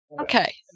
Okay